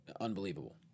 unbelievable